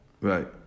right